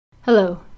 Hello